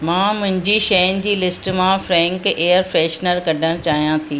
मां मुंहिंजी शयुनि जी लिस्ट मां फ्रैंक एयर फ्रेशनर कढणु चाहियां थी